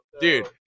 dude